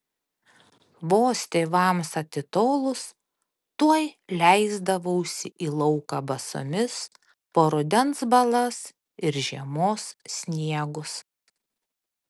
vos tėvams atitolus tuoj leisdavausi į lauką basomis po rudens balas ir žiemos sniegus